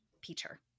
Peter